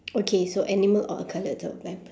okay so animal or a colour to a blind person